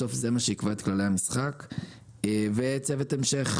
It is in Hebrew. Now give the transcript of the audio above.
בסוף זה מה שיקבע את כללי המשחק; וצוות המשך,